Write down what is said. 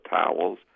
towels